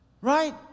right